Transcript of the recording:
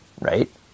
right